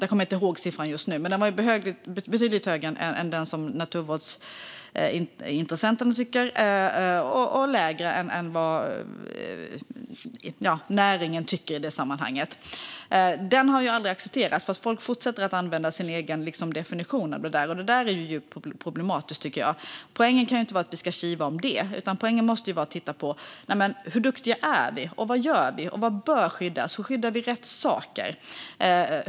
Jag kommer inte ihåg siffran just nu, men den var betydligt högre än den som naturvårdsintressenterna tycker är riktig och lägre än vad näringen tycker är riktigt i detta sammanhang. Den siffran har aldrig accepterats, för folk fortsätter att använda sin egen definition. Det är djupt problematiskt, tycker jag. Poängen kan inte vara att vi ska kiva om detta utan måste vara att titta på hur duktiga vi är, vad vi gör, vad som bör skyddas och om vi skyddar rätt saker.